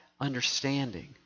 understanding